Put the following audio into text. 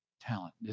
talent